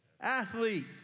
athlete